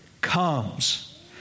comes